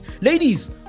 ladies